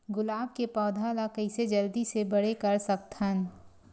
गुलाब के पौधा ल कइसे जल्दी से बड़े कर सकथन?